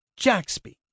Jaxby